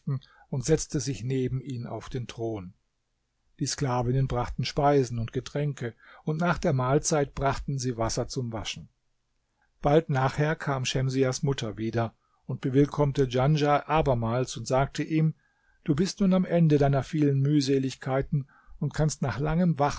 und setze sich neben ihn auf den thron die sklavinnen brachten speisen und getränke und nach der mahlzeit brachten sie wasser zum waschen bald nachher kam schemsiahs mutter wieder und bewillkommte djanschah abermals und sagte ihm du bist nun am ende deiner vielen mühseligkeiten und kannst nach langem wachen